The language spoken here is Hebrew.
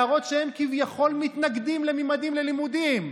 ולהראות שהם כביכול מתנגדים לממדים ללימודים.